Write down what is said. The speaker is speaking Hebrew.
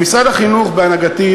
למשרד החינוך בהנהגתי,